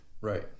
Right